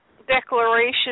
Declaration